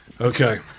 Okay